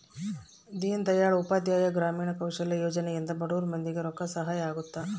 ದೀನ್ ದಯಾಳ್ ಉಪಾಧ್ಯಾಯ ಗ್ರಾಮೀಣ ಕೌಶಲ್ಯ ಯೋಜನೆ ಇಂದ ಬಡುರ್ ಮಂದಿ ಗೆ ರೊಕ್ಕ ಸಹಾಯ ಅಗುತ್ತ